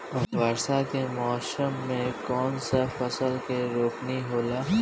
वर्षा के मौसम में कौन सा फसल के रोपाई होला?